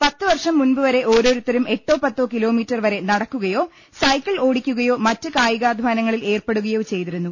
പത്തുവർഷം മുമ്പുവരെ ഓരോരുത്തരും എട്ടോ പത്തോ കിലോ മീറ്റർ വരെ നടക്കുകയോ സൈക്കിൾ ഓടിക്കുകയോ മറ്റു കായി കാധാനങ്ങളിൽ ഏർപ്പെടുകയോ ചെയ്തിരുന്നു